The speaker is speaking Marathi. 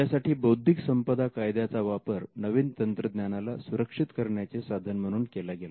यासाठी बौद्धिक संपदा कायद्याचा वापर नवीन तंत्रज्ञानाला सुरक्षित करण्याचे साधन म्हणून केला गेला